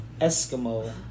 eskimo